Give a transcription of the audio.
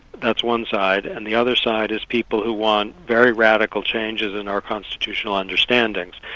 that's one side. and the other side is people who want very radical changes in our constitutional understandings,